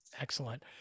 Excellent